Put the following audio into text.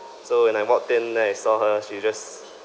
so when I walked in then I saw her she just